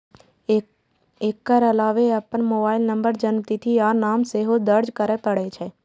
एकर अलावे अपन mobile number, जन्मतिथि आ नाम सेहो दर्ज करय पड़ै छै